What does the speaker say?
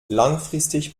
langfristig